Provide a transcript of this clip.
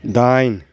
दाइन